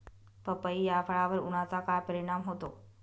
पपई या फळावर उन्हाचा काय परिणाम होतो?